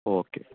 okay